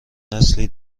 نسلی